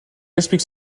explique